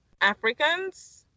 Africans